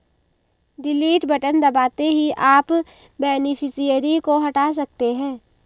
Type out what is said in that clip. delete button दबाते ही आप बेनिफिशियरी को हटा सकते है